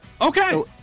okay